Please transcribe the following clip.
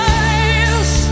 eyes